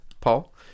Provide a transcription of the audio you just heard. Paul